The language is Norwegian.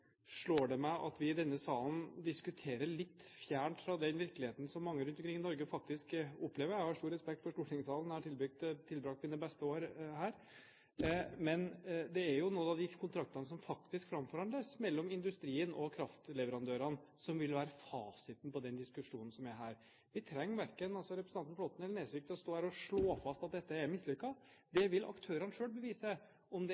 slår det meg at det vi diskuterer i denne salen, er litt fjernt fra den virkeligheten som mange rundt omkring i Norge faktisk opplever. Jeg har stor respekt for stortingssalen. Jeg har tilbrakt mine beste år her. Men det er jo noen av disse kontraktene som faktisk framforhandles mellom industrien og kraftleverandørene, som vil være fasiten på den diskusjonen som er her. Vi trenger verken representanten Nesvik eller Flåtten til å stå her og slå fast at dette er mislykket. Aktørene selv vil bevise om det